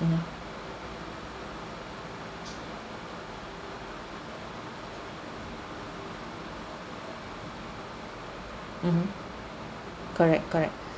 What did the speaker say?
mmhmm mmhmm correct correct